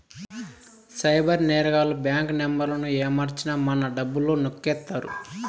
cyber నేరగాళ్లు bank నెంబర్లను ఏమర్చి మన డబ్బులు నొక్కేత్తారు